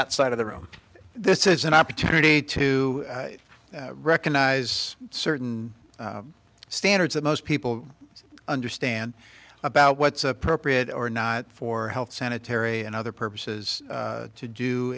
that side of the room this is an opportunity to recognize certain standards that most people understand about what's appropriate or not for health sanitary and other purposes to do